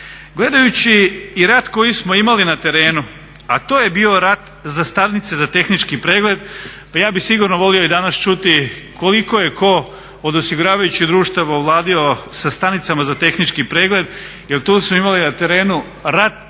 Gledajući i rat koji smo imali na terenu, a to je bio rat za stanice za tehnički pregled, pa ja bi sigurno volio i danas čuti koliko je ko od osiguravajućih društava ovladao sa stanicama za tehnički pregled jel tu smo imali na terenu rat prsa